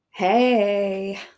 Hey